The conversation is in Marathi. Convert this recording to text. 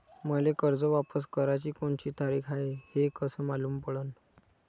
मले कर्ज वापस कराची कोनची तारीख हाय हे कस मालूम पडनं?